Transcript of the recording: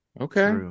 Okay